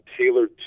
tailored